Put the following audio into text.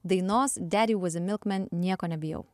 dainos dedi vuoz e milkmen nieko nebijau